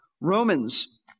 Romans